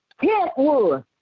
Kentwood